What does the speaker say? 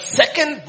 second